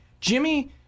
Jimmy